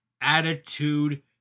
Attitude